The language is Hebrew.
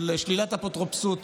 של שלילת אפוטרופסות